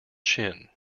chin